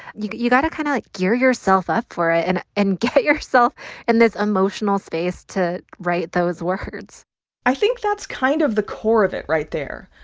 you've got to kind of like gear yourself up for it and and get yourself in and this emotional space to write those words i think that's kind of the core of it right there.